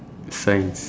science